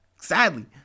sadly